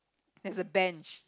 there's a bench